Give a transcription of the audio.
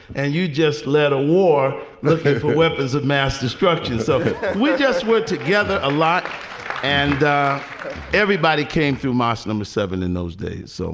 and you just led a war for weapons of mass destruction so we just work together a lot and everybody came through moslem number in those days um